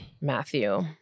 Matthew